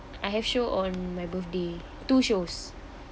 I have show on my birthday two shows